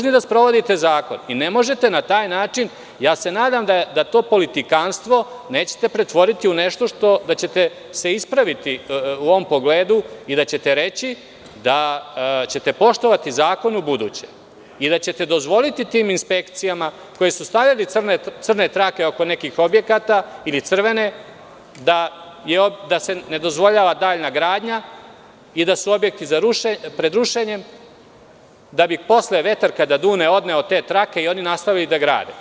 Nadam se da to politikanstvo nećete pretvoriti u nešto, da ćete se ispraviti u ovom pogledu i da ćete reći da ćete poštovati zakon ubuduće i da ćete dozvoliti tim inspekcijama, koje su stavili crne trake oko nekih objekata, ili crvene, da se ne dozvoljava dalja gradnja i da su objekti pred rušenjem, da bi posle vetar kada dune odneo te trake i oni nastavili da grade.